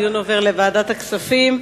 הדיון עובר לוועדת הכספים.